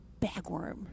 bagworm